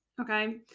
okay